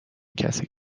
کسی